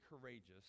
courageous